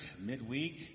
midweek